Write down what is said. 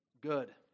good